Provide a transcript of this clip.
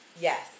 Yes